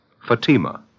Fatima